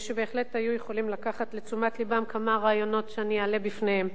שבהחלט היו יכולים לקחת לתשומת לבם כמה רעיונות שאני אעלה בפניהם.